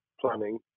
planning